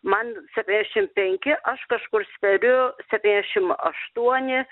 man septyniasdešimt penki aš kažkur sveriu septyniasdešimt aštuoni